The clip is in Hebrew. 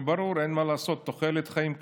וברור, אין מה לעשות, תוחלת החיים קפצה.